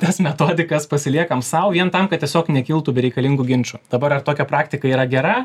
tas metodikas pasiliekam sau vien tam kad tiesiog nekiltų bereikalingų ginčų dabar ar tokia praktika yra gera